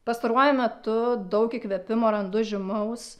pastaruoju metu daug įkvėpimo randu žymaus